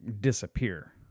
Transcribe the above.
disappear